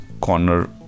corner